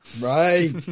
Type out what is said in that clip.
Right